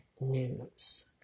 news